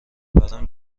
برام